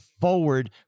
forward